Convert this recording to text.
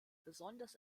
besonders